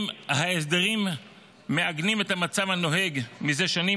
ההסדרים מעגנים את המצב הנוהג מזה שנים,